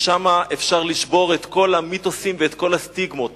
ושם אפשר לשבור את כל המיתוסים וכל הסטיגמות.